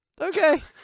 okay